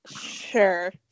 Sure